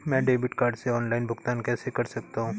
मैं debit card से online भुगतान कैसे कर सकता हूँ?